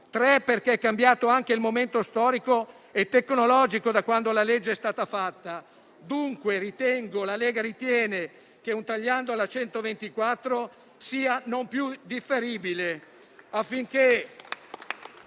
luogo, perché è cambiato anche il momento storico e tecnologico, da quando la legge è stata approvata. Dunque la Lega ritiene che un tagliando alla legge n. 124 sia non più differibile